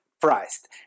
priced